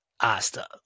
Asta